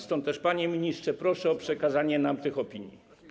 Stąd też, panie ministrze, proszę o przekazanie nam tych opinii.